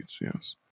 yes